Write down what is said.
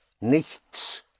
Nichts